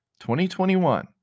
2021